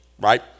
right